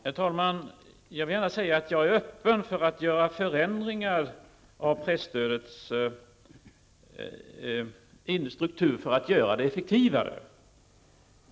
Herr talaman! Jag vill gärna säga att jag är öppen för att göra förändringar av presstödets struktur, för att göra det effektivare.